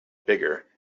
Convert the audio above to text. bigger